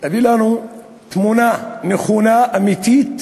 להביא לנו תמונה נכונה, אמיתית,